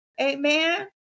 amen